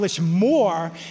more